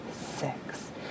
six